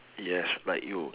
yes like you